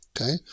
Okay